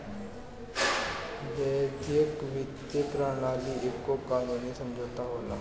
वैश्विक वित्तीय प्रणाली एगो कानूनी समुझौता होला